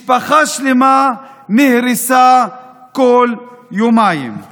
משפחה שלמה נהרסה כל יומיים.